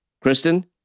Kristen